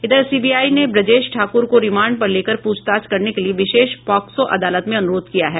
इधर सीबीआई ने ब्रजेश ठाकुर को रिमांड पर लेकर पूछताछ करने के लिए विशेष पॉक्सो अदालत में अनुरोध किया है